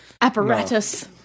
apparatus